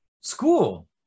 school